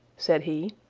said he.